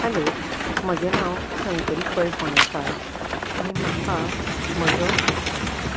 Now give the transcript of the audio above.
hello म्हजें नांव शंकरी पै फोंडेकार आनी म्हाका म्हजो